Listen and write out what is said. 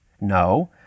No